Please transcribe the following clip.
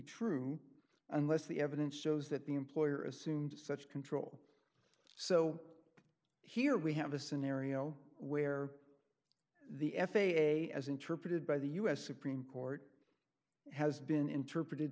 true unless the evidence shows that the employer assumed such control so here we have a scenario where the f a a as interpreted by the us supreme court has been interpreted